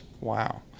Wow